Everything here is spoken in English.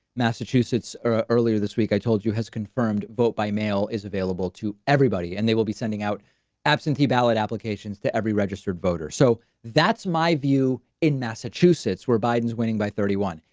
massachusetts earlier this week, i told you, has confirmed vote by mail is available to everybody and they will be sending out absentee ballot applications to every registered voter. so that's my view. in massachusetts, where biden is winning by thirty one,